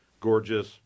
gorgeous